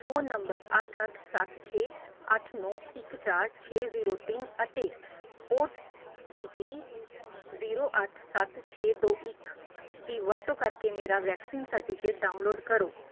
phone number ਅੱਠ ਅੱਠ ਸੱਤ ਛੇ ਅੱਠ ਨੌ ਇੱਕ ਚਾਰ ਛੇ ਜ਼ੀਰੋ ਤਿੰਨ ਅਤੇ ਓ ਟੀ ਪੀ ਜ਼ੀਰੋ ਅੱਠ ਸੱਤ ਛੇ ਦੋ ਇੱਕ ਦੀ ਵਰਤੋਂ ਕਰਕੇ ਮੇਰਾ ਵੈਕਸੀਨ ਸਰਟੀਫਿਕੇਟ ਡਾਊਨਲੋਡ ਕਰੋ